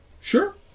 Sure